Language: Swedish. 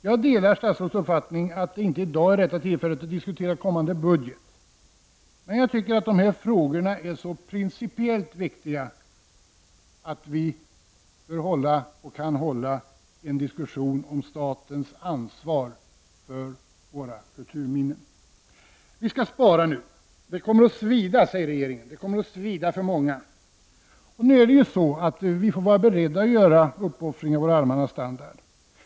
Jag delar statsrådets uppfattning att det inte i dag är rätta tillfället att diskutera kommande budget, men jag tycker att de här frågorna är så principiellt viktiga, att vi kan och bör hålla en diskussion om statens ansvar för våra kulturminnen. Vi skall spara nu. Det kommer att svida för många, säger regeringen. Vi får vara beredda att göra uppoffringar i vår allmänna standard.